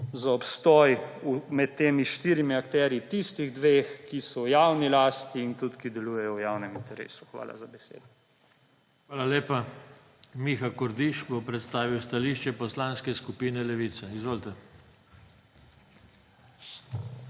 za obstoj med temi štirimi akterji tistih dveh, ki so v javni lasti in tudi, ki delujejo v javnem interesu. Hvala za besedo. **PODPREDSEDNIK JOŽE TANKO:** Hvala lepa. Miha Kordiš bo predstavil stališče Poslanske skupine Levice. Izvolite.